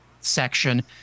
section